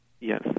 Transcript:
yes